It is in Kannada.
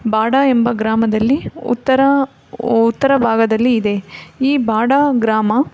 ಬಾಡ ಎಂಬ ಗ್ರಾಮದಲ್ಲಿ ಉತ್ತರ ಉತ್ತರ ಭಾಗದಲ್ಲಿ ಇದೆ ಈ ಬಾಡ ಗ್ರಾಮ